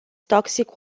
toxic